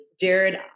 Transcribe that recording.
Jared